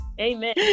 Amen